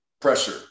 pressure